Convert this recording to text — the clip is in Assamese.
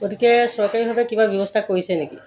গতিকে চৰকাৰীভাৱে কিবা ব্যৱস্থা কৰিছে নেকি